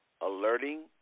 alerting